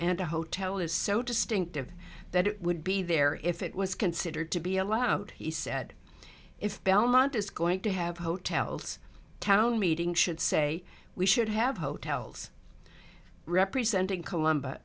and a hotel is so distinctive that it would be there if it was considered to be allowed he said if belmont is going to have hotels town meeting should say we should have hotels representing colomb